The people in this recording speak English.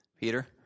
Peter